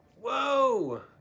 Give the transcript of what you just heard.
Whoa